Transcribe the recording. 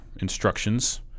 Instructions